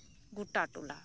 ᱜᱚᱴᱟ ᱴᱚᱞᱟ